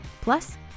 plus